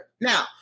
Now